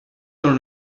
dans